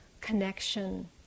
connection